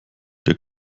der